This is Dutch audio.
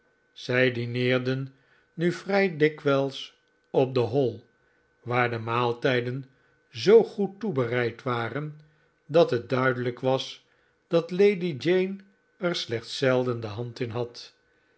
zij dineerden nu vrij dikwijls op de hall waar de maaltijden zoo goed toebereid waren dat het duidelijk was dat lady jane er slechts zelden de hand in had